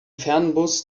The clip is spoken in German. fernbus